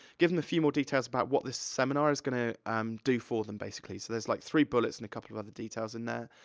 give them a few more details about what this seminar is gonna um do for them, basically. so there's, like, three bullets, and a couple of other details in there.